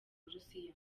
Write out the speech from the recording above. burusiya